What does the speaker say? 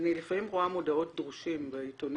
לפעמים אני רואה מודעות דרושים בעיתונים